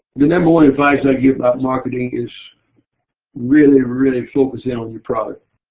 the number one advice i give about marketing is really, really focus in on your product.